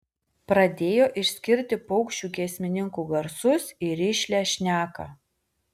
pradėjo išskirti paukščių giesmininkų garsus į rišlią šneką